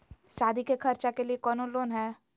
सादी के खर्चा के लिए कौनो लोन है?